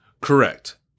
Correct